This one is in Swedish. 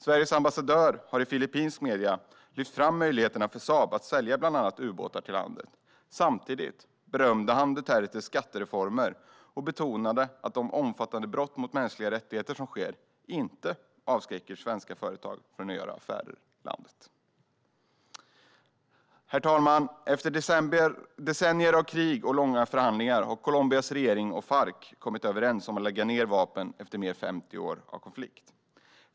Sveriges ambassadör har i filippinska medier lyft fram möjligheterna för Saab att sälja bland annat ubåtar till landet. Samtidigt berömde han Dutertes skattereformer och betonade att de omfattande brott mot mänskliga rättigheter som sker inte avskräcker svenska företag från att göra affärer med landet. Herr talman! Efter decennier av krig och långa förhandlingar har Colombias regering och Farc kommit överens om att lägga ned vapnen, efter mer än 50 år av konflikt.